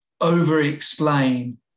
over-explain